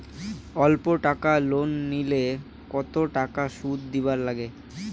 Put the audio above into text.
অল্প টাকা লোন নিলে কতো টাকা শুধ দিবার লাগে?